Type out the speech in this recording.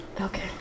Okay